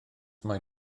mae